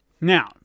Now